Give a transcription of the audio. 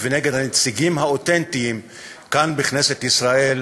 ונגד הנציגים האותנטיים כאן בכנסת ישראל.